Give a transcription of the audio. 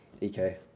Ek